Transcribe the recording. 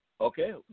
Okay